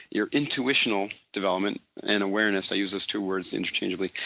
your intuitional development and awareness, i use those two words interchangeably,